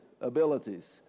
abilities